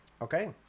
Okay